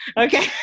okay